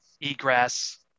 egress